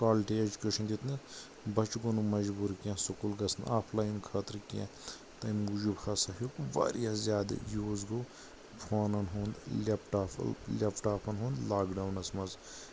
quality education دُیٚتنُکھ بچہٕ گوو نہٕ مجبوٗر کیٛنٚہہ سکوٗل گژھنہٕ آف لاین خٲطرٕ کیٛنٚہہ تمہِ موٗجوٗب ہسا ہیٚوک واریاہ زیادٕ یوٗز گوو فوٗنن ہُند لیٚپ ٹاپُک لیٚپ ٹاپَن ہنُد لاک ڈونَس منٛز